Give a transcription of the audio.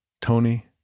Tony